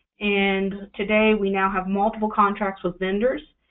and today, we now have multiple contracts with vendors,